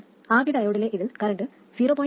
ആദ്യ ഡയോഡിലെ ഇതിൽ കറൻറ് 0